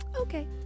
Okay